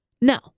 No